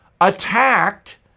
attacked